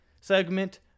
segment